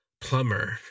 plumber